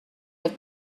have